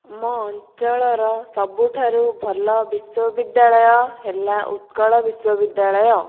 ଆମ ଅଞ୍ଚଳର ସବୁଠାରୁ ଭଲ ବିଶ୍ୱବିଦ୍ୟାଳୟ ହେଲା ଉତ୍କଳ ବିଶ୍ୱବିଦ୍ୟାଳୟ